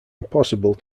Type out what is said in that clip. impossible